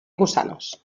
gusanos